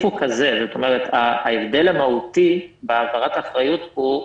התהליך הוא כזה ההבדל המהותי בהעברת האחריות פה,